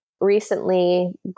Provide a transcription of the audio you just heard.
recently